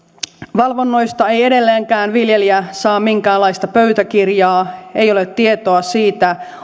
valvonnoista ei edelleenkään viljelijä saa minkäänlaista pöytäkirjaa ei ole tietoa siitä